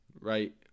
right